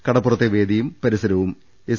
കടപ്പുറത്തെ വേദിയും പരിസരവും എസ്